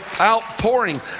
outpouring